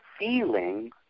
feeling